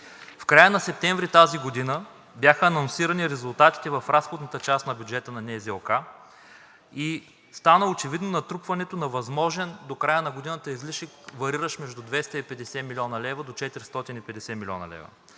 В края на септември тази година бяха анонсирани резултатите в разходната бюджета на НЗОК и стана очевидно натрупването на възможен до края на годината излишък, вариращ между 250 млн. лв. до 450 млн. лв.,